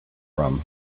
rum